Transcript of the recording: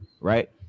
right